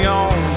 on